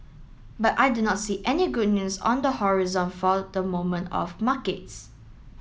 but I do not see any good news on the horizon for the moment of markets